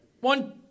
One